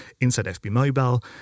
InsideFBMobile